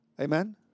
Amen